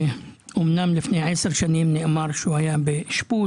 אמנם לפני עשר שנים נאמר שהוא היה באשפוז,